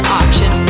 option